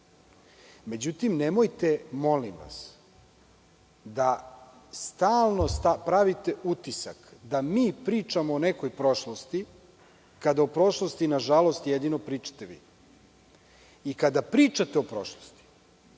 nisu.Međutim, nemojte, molim vas, da stalno pravite utisak da mi pričamo o nekoj prošlosti kada o prošlosti, nažalost, pričate vi. Kada pričate o prošlosti,